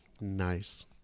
Nice